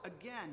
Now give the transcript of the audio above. again